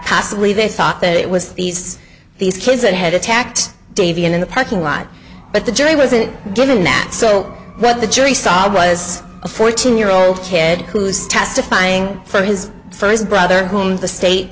possibly they thought that it was these these kids that had attacked davy in the parking lot but the jury wasn't given that so what the jury saw was a fourteen year old kid who's testifying for his first brother whom the state